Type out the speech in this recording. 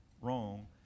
wrong